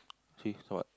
see this one what